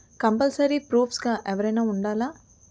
Compulsory proof గా ఎవరైనా ఉండాలా?